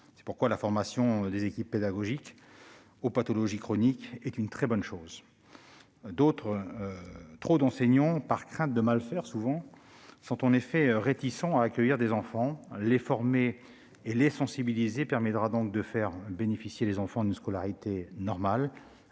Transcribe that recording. C'est pourquoi la formation des équipes pédagogiques aux pathologies chroniques est une très bonne chose. Trop d'enseignants, souvent par crainte de mal faire, sont en effet réticents à accueillir ces enfants. Les former et les sensibiliser permettra à ces enfants de bénéficier d'une scolarité normale